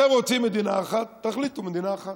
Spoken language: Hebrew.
אתם רוצים מדינה אחת, תחליטו מדינה אחת,